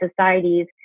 societies